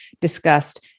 discussed